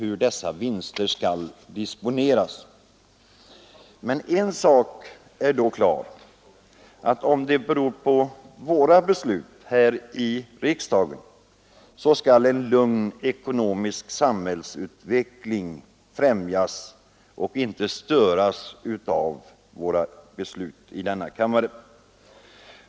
Men en sak är klar: så långt det beror på våra beslut här i riksdagen skall en lugn ekonomisk samhällsutveckling främjas och inte störas.